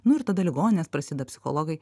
nu ir tada ligoninės prasideda psichologai